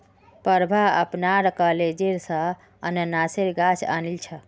प्रभा अपनार कॉलेज स अनन्नासेर गाछ आनिल छ